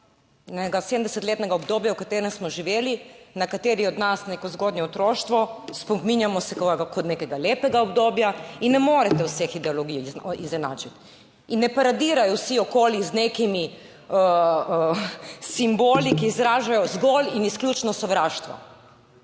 enega 70-letnega obdobja, v katerem smo živeli nekateri od nas neko zgodnje otroštvo, spominjamo se ga kot nekega lepega obdobja. In ne morete vseh ideologij izenačiti in ne paradirajo vsi okoli z nekimi simboli, ki izražajo zgolj in izključno sovraštvo,